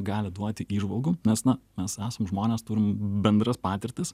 gali duoti įžvalgų nes na mes esam žmonės turim bendras patirtis